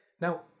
now